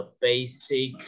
basic